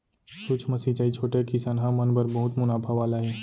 सूक्ष्म सिंचई छोटे किसनहा मन बर बहुत मुनाफा वाला हे